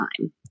time